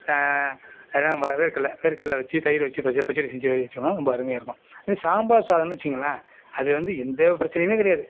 அதான் வேர்க்கடல வேர்க்கடல வெச்சு தயிர் வெச்சு பச்சடி செஞ்சு வெச்சோம்னா ரொம்ப அருமையாக இருக்கும் இன்னும் சாம்பார் சாதன்னு வெச்சிக்கிங்களேன் அது வந்து எந்த பிரச்சனையும் கிடையாது